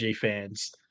fans